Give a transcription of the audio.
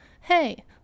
Hey